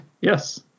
yes